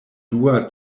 dua